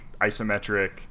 isometric